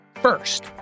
First